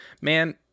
Man